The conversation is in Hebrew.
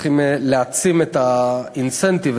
צריכים להעצים את האינסנטיב,